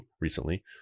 recently